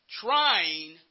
trying